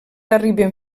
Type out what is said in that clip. arriben